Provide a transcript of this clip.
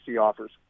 offers